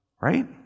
Right